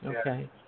okay